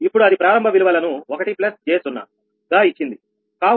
ఇప్పుడు అది ప్రారంభ విలువలను 1 j 0